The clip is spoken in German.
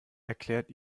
erklärt